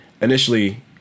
initially